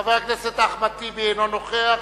חבר הכנסת אחמד טיבי, אינו נוכח.